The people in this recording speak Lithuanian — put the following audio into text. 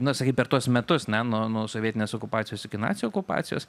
nu sakykim per tuos metus ne nuo nuo sovietinės okupacijos iki nacių okupacijos